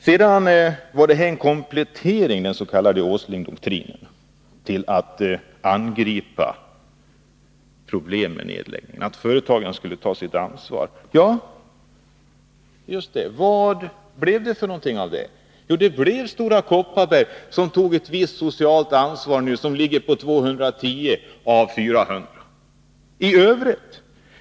Den s.k. Åslingdoktrinen var en komplettering när det gällde att angripa problem i samband med nedläggningar. Företagen skulle ta sitt ansvar — ja, just det. Vad blev det av detta? Stora Kopparberg tog ett visst socialt ansvar som gällde 210 av 400 jobb.